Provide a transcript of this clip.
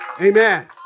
Amen